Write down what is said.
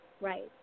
right